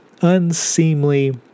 unseemly